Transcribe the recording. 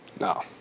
No